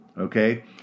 Okay